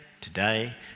today